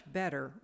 better